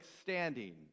standing